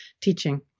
teaching